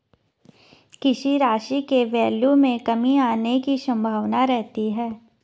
किसी राशि के वैल्यू में कमी आने की संभावना रहती है